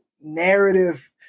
narrative